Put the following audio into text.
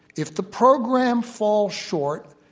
if the program falls short,